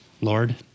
Lord